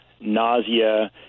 nausea